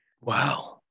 Wow